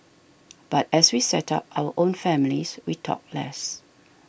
but as we set up our own families we talked less